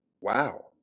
wow